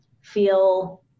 feel